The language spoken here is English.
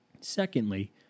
Secondly